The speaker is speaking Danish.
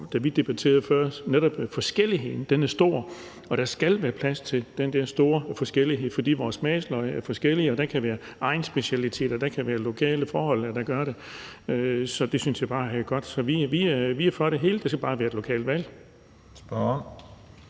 og vi debatterede det før – at forskelligheden er stor. Og der skal være plads til den der store forskellighed. For vores smagsløg er forskellige, og der kan være egnsspecialiteter, og der kan være lokale forhold, der gør det. Det synes jeg bare er godt. Så vi er for det hele, men det skal bare være et lokalt valg.